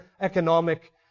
economic